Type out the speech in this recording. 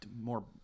more